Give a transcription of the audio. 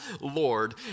Lord